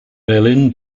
berlin